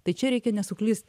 tai čia reikia nesuklyst